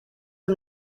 hem